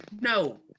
No